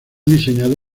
diseñado